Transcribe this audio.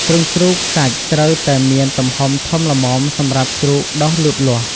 ទ្រុងជ្រូកសាច់ត្រូវតែមានទំហំធំល្មមសម្រាប់ជ្រូកដុះលូតលាស់។